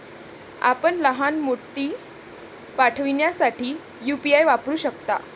आपण लहान मोती पाठविण्यासाठी यू.पी.आय वापरू शकता